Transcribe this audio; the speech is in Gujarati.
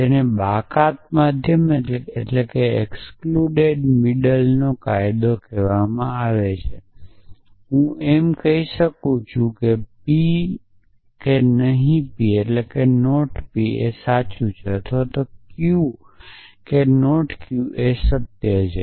તેને બાકાત મધ્યમનો કાયદો કહેવામાં આવે છે હું એમ કહી શકું છું કે p કે નહીં p સાચી છે અથવા q કે નહીં સત્ય છે